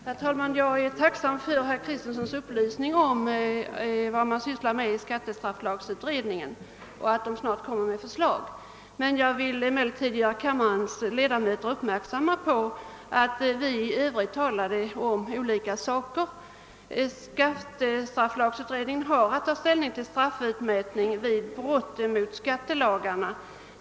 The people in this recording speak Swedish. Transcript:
Herr talman! Jag är tacksam för herr Kristensons upplysning om vad skattestrafflagutredningen sysslar med och uppgiften att utredningen snart kommer att framlägga ett förslag, men jag vill fästa kammarledamöternas uppmärksamhet på att vi i övrigt talade om olika saker. Skattestrafflagutredningen har att ta ställning till straffutmätning vid brott enligt skattelagarna.